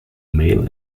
male